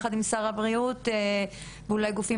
ננסה לקיים דיון יחד עם שר הבריאות ואולי גם גופים